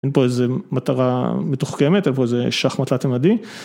אין פה איזה מטרה מתוחכמת, אלא פה איזה שחמט תלת מימדי.